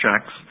checks